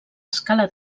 escala